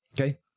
Okay